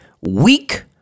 weak